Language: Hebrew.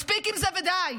מספיק עם זה ודי.